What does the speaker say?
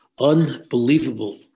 unbelievable